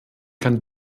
kann